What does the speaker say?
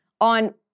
on